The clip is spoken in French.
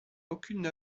aucune